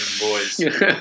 Boys